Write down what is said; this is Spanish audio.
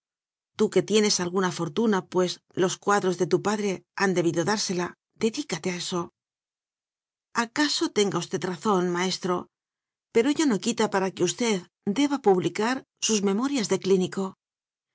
tú que tienes alguna fortuna pues los cuadros de tu padre han debido dársela dedícate a eso acaso tenga usted razón maestro pero ello no quita para que usted deba publicar sus memorias de clínico